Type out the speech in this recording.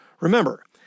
Remember